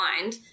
mind